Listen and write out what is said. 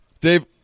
Dave